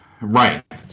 Right